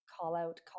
call-out